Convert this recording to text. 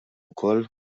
wkoll